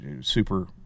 super